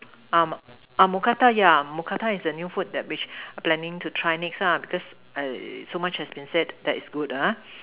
uh mookata yeah mookata is the new food that which planning to try next lah because err so much has been said that it's good ha